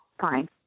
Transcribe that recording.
fine